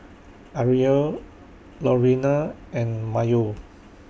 Ariel Lorena and Mayo